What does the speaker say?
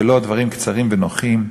ולא דברים קצרים ונוחים,